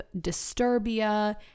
Disturbia